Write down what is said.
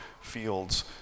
fields